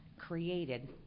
created